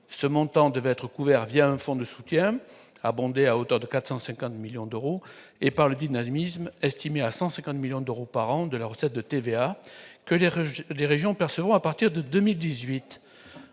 ce montant devait être couvert via un fonds de soutien abondé à hauteur de 450 millions d'euros et par le dynamisme, estimé à 150 millions d'euros par an de la recette de TVA que les rejets des régions percevront à partir de 2018